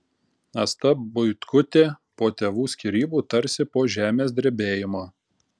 asta buitkutė po tėvų skyrybų tarsi po žemės drebėjimo